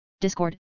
discord